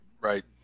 Right